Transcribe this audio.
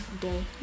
day